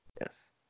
Yes